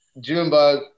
Junebug